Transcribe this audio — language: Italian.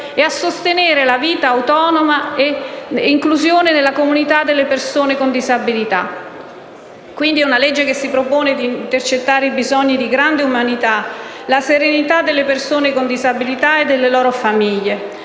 e a sostenere una vita autonoma con l'inclusione nella comunità delle persone con disabilità. È una legge che si propone di intercettare bisogni di grande umanità, la serenità delle persone con disabilità e delle loro famiglie.